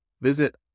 Visit